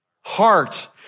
heart